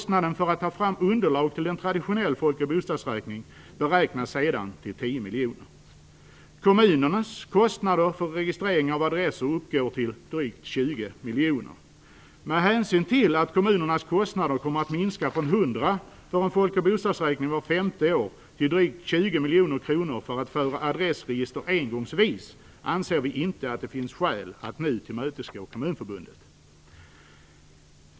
Kostnaden för att ta fram underlag till en traditionell folk och bostadsräkning beräknas sedan till 10 miljoner kronor. Kommunernas kostnader för registrering av adresser uppgår till drygt 20 miljoner kronor. Med hänsyn till att kommunernas kostnader kommer att minska från 100 miljoner kronor för en folkoch bostadsräkning vart femte år till drygt 20 miljoner kronor för att föra adressregister engångsvis anser vi inte att det finns skäl att nu tillmötesgå Kommunförbundet.